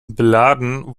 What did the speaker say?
beladen